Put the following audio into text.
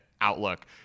outlook